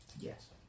yes